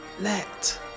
let